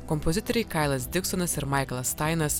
kompozitoriai kailas diksonas ir maiklas tainas